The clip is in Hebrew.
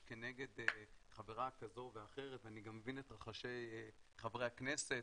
כנגד חברה כזו או אחרת ואני גם מבין את רחשי חברי הכנסת